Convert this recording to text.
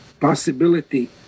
possibility